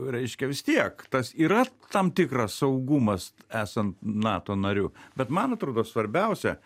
reiškia vis tiek tas yra tam tikras saugumas esant nato nariu bet man atrodo svarbiausia